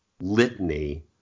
litany